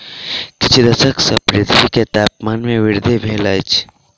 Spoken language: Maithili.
किछ दशक सॅ पृथ्वी के तापमान में वृद्धि भेल अछि